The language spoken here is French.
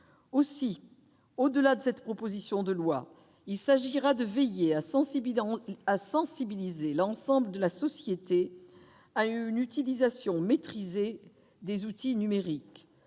Aussi, au-delà du texte en lui-même, il s'agira de veiller à sensibiliser l'ensemble de la société à une utilisation maîtrisée des outils numériques,